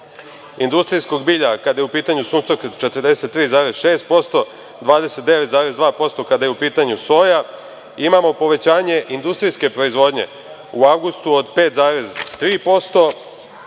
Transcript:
industrijskog bilja kada je u pitanju suncokret 43,6%, 29,2% kada je u pitanju soja. Imamo povećanje industrijske proizvodnje u avgustu od 5,3%.Ono